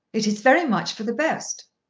it is very much for the best.